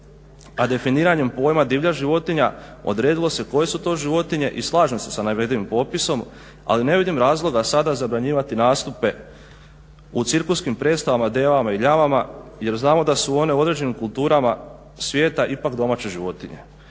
a definiranjem pojma divlja životinja odredilo se koje su to životinje i slažem se sa navedenim popisom ali ne vidim razloga sada zabranjivati nastupe u cirkuskim predstavama devama i ljamama jer znamo da su one u određenim kulturama svijeta ipak domaće životinje.